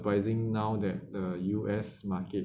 surprising now that the U_S market